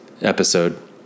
episode